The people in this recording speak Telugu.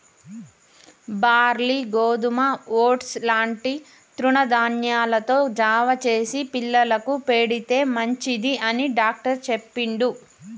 బార్లీ గోధుమ ఓట్స్ లాంటి తృణ ధాన్యాలతో జావ చేసి పిల్లలకు పెడితే మంచిది అని డాక్టర్ చెప్పిండు